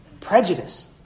prejudice